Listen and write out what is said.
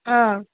ஆ